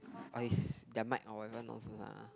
ice their mic or whatever nonsense ah